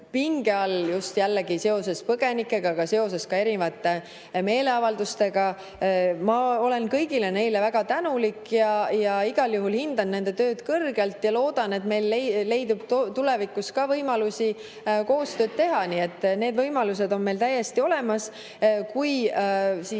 just jällegi seoses põgenikega, aga ka seoses erinevate meeleavaldustega. Ma olen kõigile neile väga tänulik ja igal juhul hindan nende tööd kõrgelt. Ja loodan, et meil leidub tulevikus ka võimalusi koostööd teha. Nii et need võimalused on meil täiesti olemas. Kui